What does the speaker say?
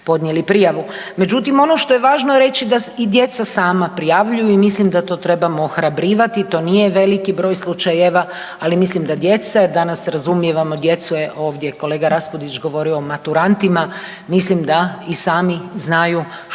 Međutim, ono što je važno reći da i djeca sama prijavljuju i mislim da to trebamo ohrabrivati. To nije veliki broj slučajeva, ali mislim da djeca danas … /ne razumije se/… djecu je ovdje kolega Raspudić govorio o maturantima, mislim da i sami znaju što su